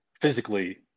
physically